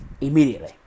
immediately